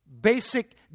basic